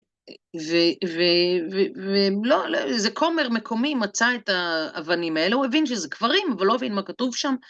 ו... ו... ו... ולא, איזה כומר מקומי מצא את האבנים האלה, הוא הבין שזה קברים, אבל לא הבין מה כתוב שם.